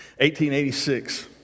1886